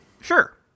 Sure